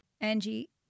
Angie